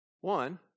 One